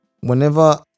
whenever